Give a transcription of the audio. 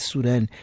Sudan